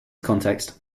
context